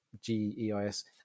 G-E-I-S